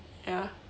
ya